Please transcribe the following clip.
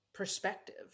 Perspective